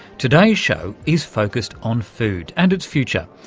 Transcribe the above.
today's show is focused on food and its future,